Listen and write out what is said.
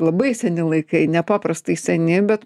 labai seni laikai nepaprastai seni bet